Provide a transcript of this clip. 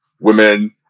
women